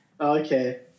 okay